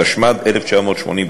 התשמ"ד 1984,